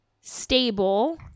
stable